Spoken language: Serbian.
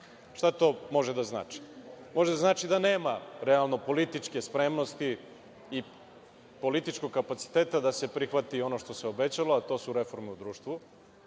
to može da znači? Može da znači da nema realno političke spremnosti i političkog kapaciteta da se prihvati ono što se obećava, a to su reforme u društvu,